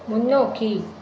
முன்னோக்கி